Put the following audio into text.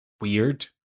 weird